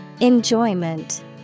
Enjoyment